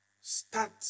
start